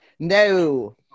no